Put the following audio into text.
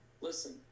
Listen